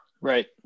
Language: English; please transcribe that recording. Right